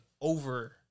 over